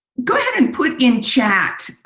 go ahead and put in chat